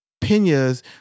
Pena's